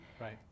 Right